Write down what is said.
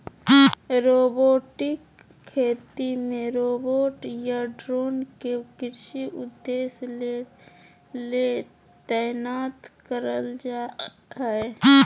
robotic खेती मे robot या ड्रोन के कृषि उद्देश्य ले तैनात करल जा हई